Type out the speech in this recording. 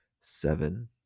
seven